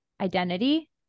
identity